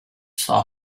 saw